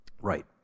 Right